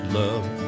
love